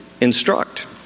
instruct